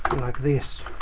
like this.